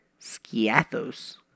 Skiathos